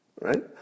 right